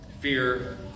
fear